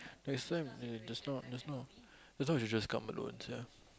next time ya just now just now just now you should just come alone ya